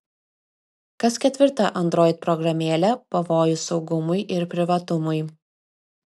kas ketvirta android programėlė pavojus saugumui ir privatumui